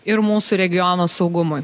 ir mūsų regiono saugumui